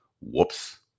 whoops